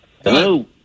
Hello